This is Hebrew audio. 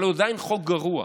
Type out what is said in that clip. אבל הוא עדיין חוק גרוע.